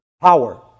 power